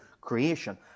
creation